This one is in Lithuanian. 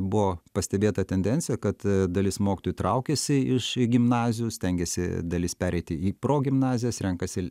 buvo pastebėta tendencija kad dalis mokytojų traukiasi iš gimnazijų stengiasi dalis pereiti į progimnazijas renkasi